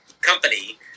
company